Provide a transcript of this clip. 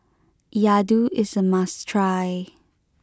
Laddu is a must try